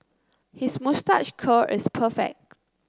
his moustache curl is perfect